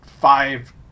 five